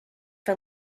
for